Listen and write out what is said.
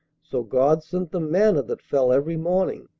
so god sent them manna that fell every morning.